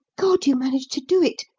god you managed to do it.